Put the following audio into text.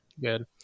good